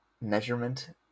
measurement